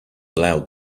allowed